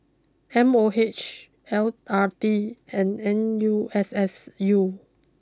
M O H L R T and N U S S U